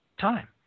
time